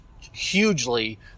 hugely